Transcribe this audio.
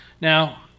Now